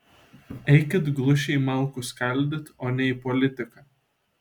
eikit glušiai malkų skaldyt o ne į politiką